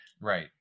right